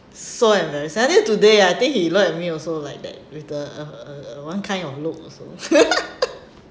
so embarrassing until today I think he look at me also like that with the uh uh uh one kind of look also